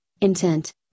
intent